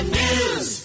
news